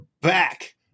back